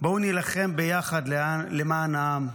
בואו נילחם ביחד למען העם,